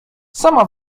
sama